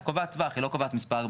היא קובעת טווח היא לא קובעת מספר מדויק.